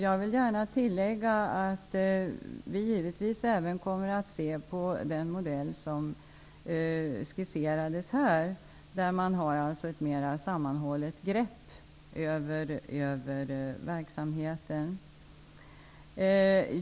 Jag vill gärna tillägga att vi givetvis även kommer att se på den modell som skisserades här, där man alltså har ett mer sammanhållet grepp över verksamheten.